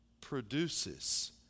produces